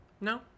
No